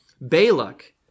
Balak